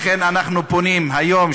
לכן אנחנו פונים היום,